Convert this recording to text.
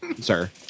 sir